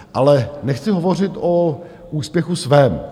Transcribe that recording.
Ale nechci hovořit o úspěchu svém.